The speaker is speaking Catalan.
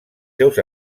seus